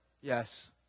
Yes